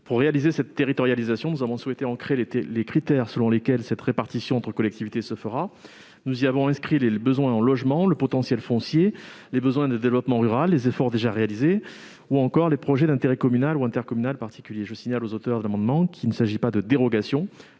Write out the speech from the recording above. Pour réussir cette territorialisation, nous avons souhaité définir les critères selon lesquels cette répartition entre collectivités s'organisera. Parmi ces critères, nous avons retenu les besoins en logement, le potentiel foncier, les besoins de développement rural, les efforts déjà réalisés ou encore les projets d'intérêt communal ou intercommunal particulier. Je signale à M. Salmon qu'il ne s'agit pas de dérogations